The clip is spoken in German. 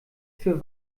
für